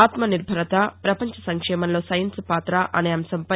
ఆత్మనిర్భరత ప్రపంచ సంక్షేమంలో సైన్స్ పాత అనే అంశంపై